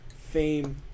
fame